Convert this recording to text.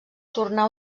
tornar